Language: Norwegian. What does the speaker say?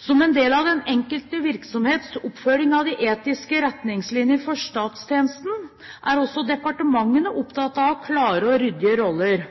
Som en del av den enkelte virksomhets oppfølging av Etiske retningslinjer for statstjenesten, er også departementene opptatt av å ha klare og ryddige roller,